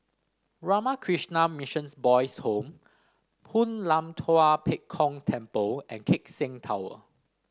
Ramakrishna Mission Boys' Home Hoon Lam Tua Pek Kong Temple and Keck Seng Tower